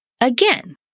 Again